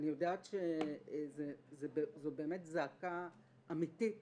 אני יודעת שזו באמת זעקה אמיתית